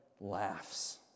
laughs